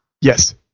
Yes